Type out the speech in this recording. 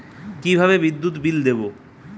কিভাবে বিদ্যুৎ বিল দেবো?